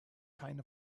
kind